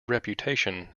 reputation